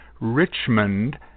Richmond